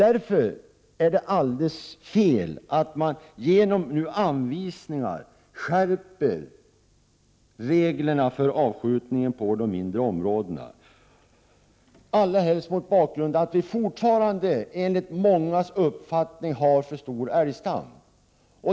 Därför är det alldeles fel att man genom anvisningar skärper reglerna för avskjutningen på de stora områdena, allra helst mot bakgrunden av att vi fortfarande enligt mångas uppfattning har för stor älgstam.